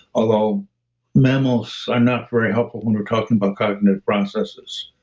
although mammals are not very helpful when we're talking about cognitive processes